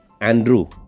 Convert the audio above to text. Andrew